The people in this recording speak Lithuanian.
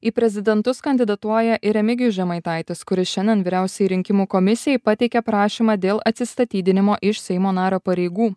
į prezidentus kandidatuoja ir remigijus žemaitaitis kuris šiandien vyriausiajai rinkimų komisijai pateikė prašymą dėl atsistatydinimo iš seimo nario pareigų